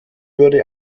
wurde